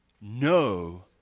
no